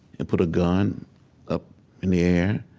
and put a gun up in the air,